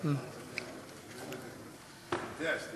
חמש דקות.